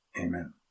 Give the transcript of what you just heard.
Amen